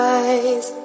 eyes